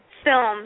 Films